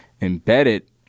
embedded